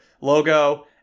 logo